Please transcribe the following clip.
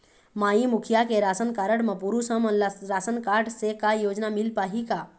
माई मुखिया के ration card म पुरुष हमन ला रासनकारड से का योजना मिल पाही का?